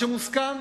על מה שמוסכם.